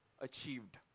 achieved